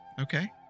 Okay